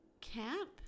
camp